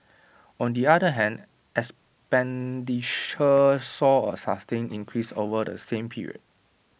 on the other hand expenditure saw A sustained increase over the same period